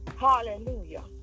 Hallelujah